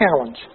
challenge